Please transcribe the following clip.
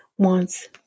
wants